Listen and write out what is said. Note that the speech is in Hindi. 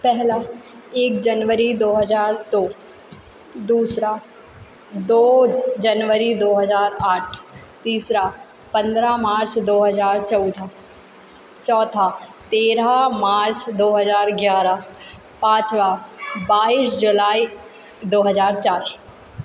पहला एक जनवरी दो हज़ार दो दूसरा दो जनवरी दो हज़ार आठ तीसरा पंद्रह मार्च दो हज़ार चौदह चौथा तेरह मार्च दो हज़ार ग्यारह पाँचवा बाईस जुलाई दो हज़ार चार